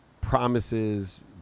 promises